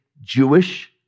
Jewish